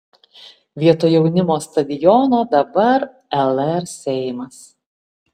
vietoj jaunimo stadiono dabar lr seimas